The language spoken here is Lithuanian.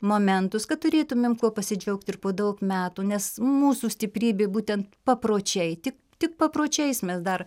momentus kad turėtumėm kuo pasidžiaugt ir po daug metų nes mūsų stiprybė būtent papročiai ti tik papročiais mes dar